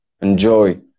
enjoy